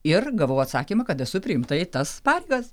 ir gavau atsakymą kad esu priimta į tas pareigas